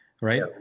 right